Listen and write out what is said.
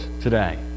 today